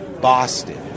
Boston